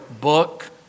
book